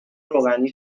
روغنی